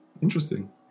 interesting